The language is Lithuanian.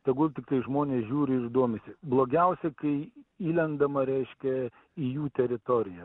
tegul tiktai žmonės žiūri ir domisi blogiausia kai įlendama reiškia į jų teritoriją